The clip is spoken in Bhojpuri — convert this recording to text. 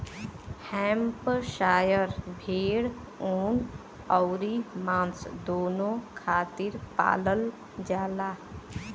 हैम्पशायर भेड़ ऊन अउरी मांस दूनो खातिर पालल जाला